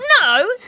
No